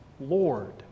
Lord